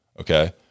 okay